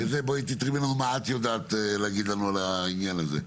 בואי תתרמי לנו מה את יודעת להגיד לנו על העניין הזה,